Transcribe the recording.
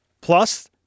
Plus